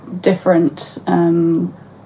different